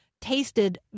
tasted